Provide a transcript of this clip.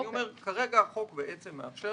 כרגע החוק מאפשר